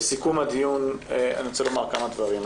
לסיכום הדיון, אני רוצה לומר כמה דברים.